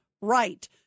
right